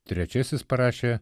trečiasis parašė